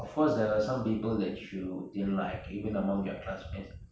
of course there were some people that you didn't like even among their classmates